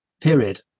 period